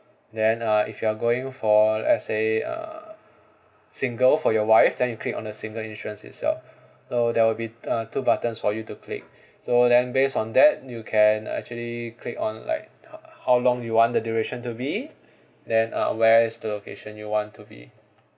then uh if you are going for let's say uh single for your wife then you click on the single insurance itself so there will be uh two buttons for you to click so then base on that you can actually click on like how how long you want the duration to be then uh where is the location you want to be